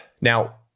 now